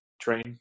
train